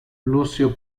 lucio